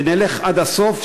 ונלך עד הסוף,